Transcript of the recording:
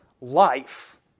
life